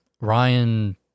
Ryan